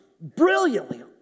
brilliantly